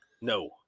No